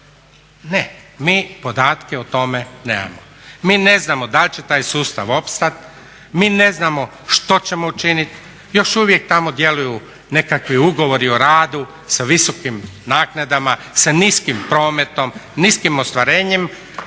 ne. Mi podatke o tome nemamo. Mi ne znamo da li će taj sustav opstati, mi ne znamo što ćemo učiniti. Još uvijek tamo djeluju nekakvi ugovori o radu sa visokim naknadama, sa niskim prometom, niskim ostvarenjem,